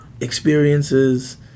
experiences